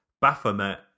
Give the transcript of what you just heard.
Baphomet